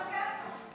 עלא כיפאק.